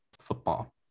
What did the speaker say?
football